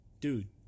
Dude